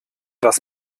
das